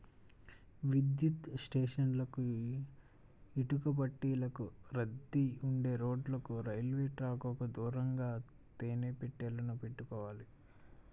విద్యుత్ స్టేషన్లకు, ఇటుకబట్టీలకు, రద్దీగా ఉండే రోడ్లకు, రైల్వే ట్రాకుకు దూరంగా తేనె పెట్టెలు పెట్టుకోవాలి